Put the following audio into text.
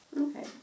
Okay